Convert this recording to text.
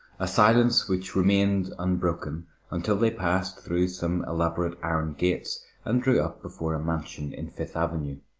a silence which remained unbroken until they passed through some elaborate iron gates and drew up before a mansion in fifth avenue.